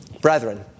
Brethren